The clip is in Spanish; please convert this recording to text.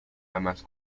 jamás